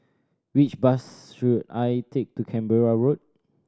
which bus should I take to Canberra Road